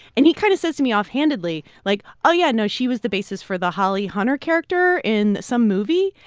and he kind of says to me offhandedly, like, oh, yeah, no, she was the basis for the holly hunter character in some movie.